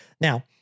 Now